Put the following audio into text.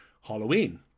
Halloween